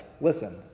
Listen